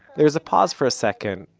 there's a pause for a second,